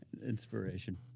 Inspiration